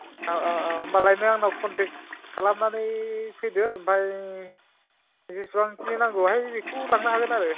औ औ औ होनबालाय नों आंनाव खनथेक खालामनानै फैदो ओमफ्राय बिसिबां खिनि नांगौ हाय बिखौ लांनो हागोन आरो